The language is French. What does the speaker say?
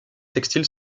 textiles